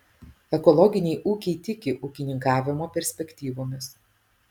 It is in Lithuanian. ekologiniai ūkiai tiki ūkininkavimo perspektyvomis